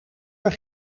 haar